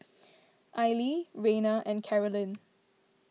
Aili Reina and Karolyn